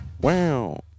Wow